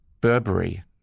Burberry